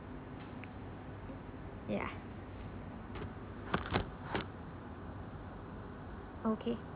ya okay